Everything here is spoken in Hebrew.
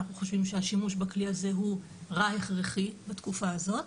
אנחנו חושבים שהשימוש בכלי הזה הוא רע הכרחי בתקופה הזאת.